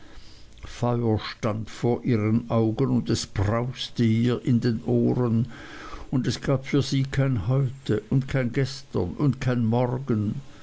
stand vor ihren augen und es brauste ihr in den ohren und es gab für sie kein heute und kein gestern und kein morgen